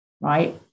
right